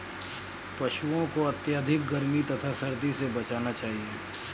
पशूओं को अत्यधिक गर्मी तथा सर्दी से बचाना चाहिए